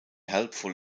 helpful